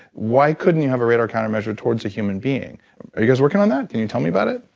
why couldn't you have a radar countermeasure towards a human being? are you guys working on that? can you tell me about it